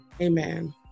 Amen